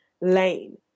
lane